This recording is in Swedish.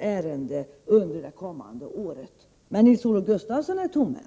ärende under det kommande året. Men Nils-Olof Gustafsson är tomhänt.